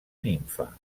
nimfa